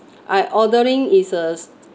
I ordering is uh